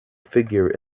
figure